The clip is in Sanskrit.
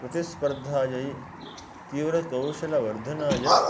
प्रतिस्पर्धायै तीव्रकौशलवर्धनाय